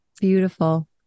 Beautiful